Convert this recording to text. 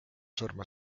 surma